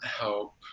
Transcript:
help